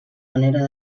manera